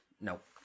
nope